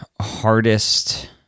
hardest